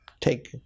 take